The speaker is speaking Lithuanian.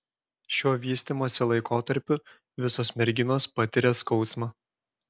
šiuo vystymosi laikotarpiu visos merginos patiria skausmą